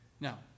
Now